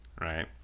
Right